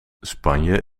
spanje